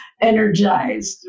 energized